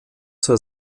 zur